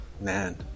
Man